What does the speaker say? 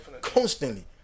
constantly